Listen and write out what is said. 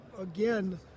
Again